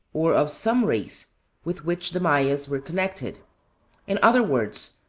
or of some race with which the mayas were connected in other words,